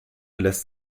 lässt